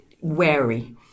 wary